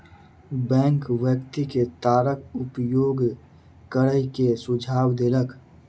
bank व्यक्ति के तारक उपयोग करै के सुझाव देलक